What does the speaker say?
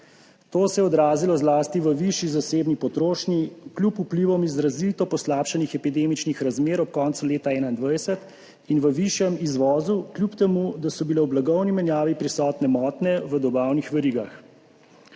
To se je odrazilo zlasti v višji zasebni potrošnji kljub vplivom izrazito poslabšanih epidemičnih razmer ob koncu leta 2021 in v višjem izvozu, kljub temu da so bile v blagovni menjavi prisotne motnje v dobavnih verigah.